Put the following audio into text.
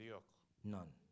None